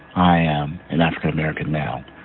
i am an african american male.